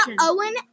Owen